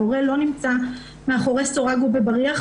ההורה לא נמצא מאחורי סורג ובריח,